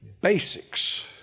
basics